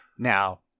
Now